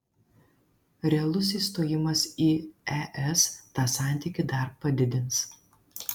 realus įstojimas į es tą santykį dar padidins